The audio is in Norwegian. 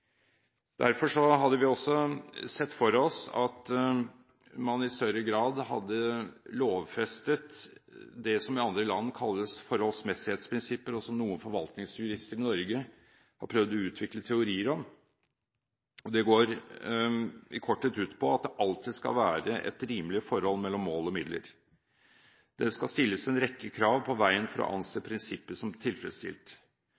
hadde vi også sett for oss at man i større grad hadde lovfestet det som i andre land kalles forholdsmessighetsprinsipper, og som noen forvaltningsjurister i Norge har prøvd å utvikle teorier om. Det går i korthet ut på at det alltid skal være et rimelig forhold mellom mål og midler. Det skal stilles en rekke krav på veien for å